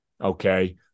okay